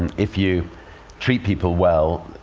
and if you treat people well,